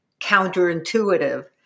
counterintuitive